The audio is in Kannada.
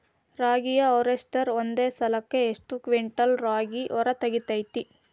ರಾಗಿಯ ಹಾರ್ವೇಸ್ಟರ್ ಒಂದ್ ಸಲಕ್ಕ ಎಷ್ಟ್ ಕ್ವಿಂಟಾಲ್ ರಾಗಿ ಹೊರ ತೆಗಿತೈತಿ?